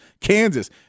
Kansas